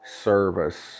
service